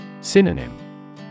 Synonym